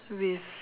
with